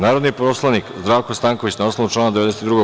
Narodni poslanik Zdravko Stanković, na osnovu člana 92.